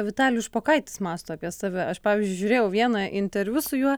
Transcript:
vitalijus špokaitis mąsto apie save aš pavyzdžiui žiūrėjau vieną interviu su juo